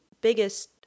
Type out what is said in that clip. biggest